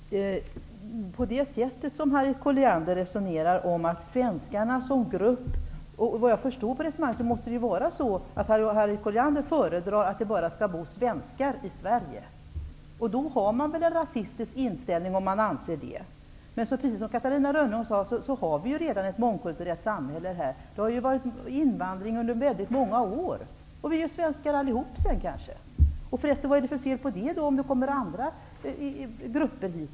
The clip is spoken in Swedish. Herr talman! Av det sätt som Harriet Colliander resonerar på måste det vara på det sättet att hon föredrar att det skall bo bara svenskar i Sverige. Om man anser det har man väl en rasistisk inställning? Men precis som Catarina Rönnung sade har vi redan ett mångkulturellt samhälle. Vi har haft invandring under väldigt många år. Vi är ju svenskar allihop. Förresten, vad är det för fel på att det kommer andra grupper hit?